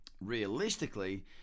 realistically